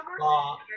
law